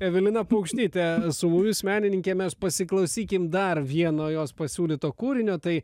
evelina paukštytė su mumis menininkė mes pasiklausykim dar vieno jos pasiūlyto kūrinio tai